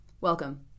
Welcome